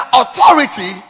authority